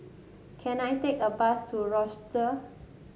can I take a bus to roster